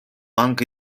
anche